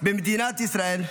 במדינת ישראל,